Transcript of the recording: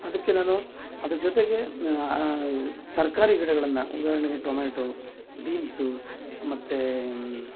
ಅದಕ್ಕೆ ನಾನು ಅದ್ರ ಜೊತೆಗೆ ತರಕಾರಿ ಗಿಡಗಳನ್ನು ಉದಾಹರಣೆಗೆ ಟೊಮೆಟೊ ಬೀನ್ಸು ಮತ್ತು